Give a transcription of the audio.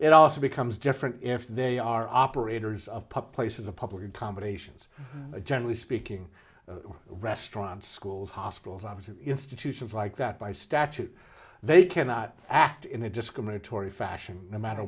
it also becomes different if they are operators of public places the public accommodations generally speaking restaurants schools hospitals obviously institutions like that by statute they cannot act in a discriminatory fashion no matter